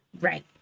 Right